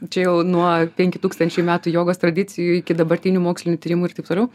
čia jau nuo penkių tūkstančių metų jogos tradicijų iki dabartinių mokslinių tyrimų ir taip toliau